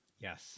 Yes